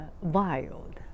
wild